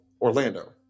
Orlando